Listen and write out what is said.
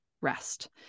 rest